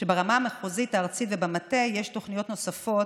שברמה המחוזית והארצית ובמטה יש תוכניות נוספות,